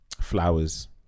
Flowers